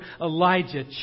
Elijah